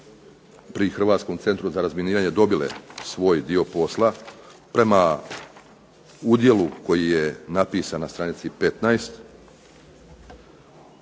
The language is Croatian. pri Hrvatskom centru za razminiranje dobile svoj dio posla, prema udjelu koji je napisan na stranici 15,